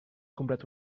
comprat